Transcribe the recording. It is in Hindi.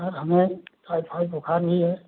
सर हमें टाइफाइड बुखार भी है